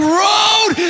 road